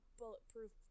bulletproof